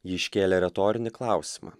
ji iškėlė retorinį klausimą